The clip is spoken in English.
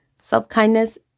self-kindness